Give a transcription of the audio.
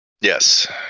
Yes